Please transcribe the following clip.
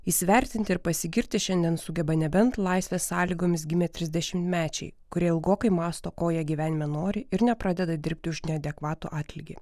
įsivertinti ir pasigirti šiandien sugeba nebent laisvės sąlygomis gimę trisdešimtmečiai kurie ilgokai mąsto ko jie gyvenime nori ir nepradeda dirbti už neadekvatų atlygį